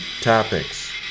topics